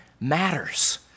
matters